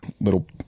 little